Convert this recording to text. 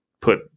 put